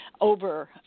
over